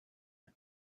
had